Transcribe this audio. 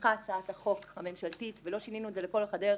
כשהונחה הצעת החוק הממשלתית ולא שינינו את זה לכל אורך הדרך,